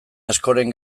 askoren